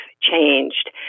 changed